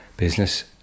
business